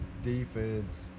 defense